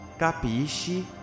Capisci